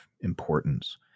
importance